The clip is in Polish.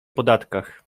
podatkach